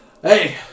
Hey